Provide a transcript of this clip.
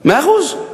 מאה אחוז.